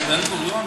יש, בן-גוריון.